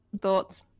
thoughts